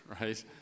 Right